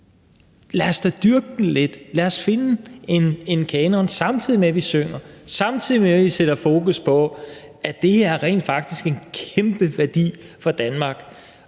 kanon, samtidig med at vi synger, og samtidig med at vi sætter fokus på, at det her rent faktisk er en kæmpe værdi for Danmark,